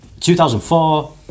2004